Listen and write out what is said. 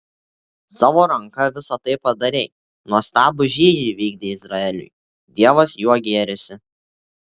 savo ranka visa tai padarei nuostabų žygį įvykdei izraeliui dievas juo gėrisi